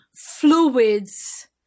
fluids